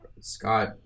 Scott